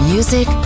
Music